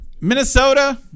Minnesota